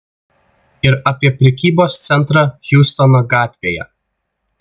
ir apie prekybos centrą hjustono gatvėje